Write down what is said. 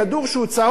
ואומרים: אה,